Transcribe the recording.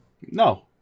No